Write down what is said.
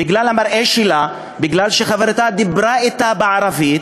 בגלל המראה שלה, בגלל שחברתה דיברה אתה בערבית,